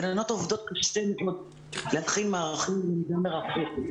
גננות עובדות קשה מאוד להכין מערכים ללימוד מרחוק.